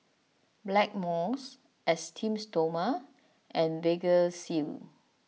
Blackmores Esteem Stoma and Vagisil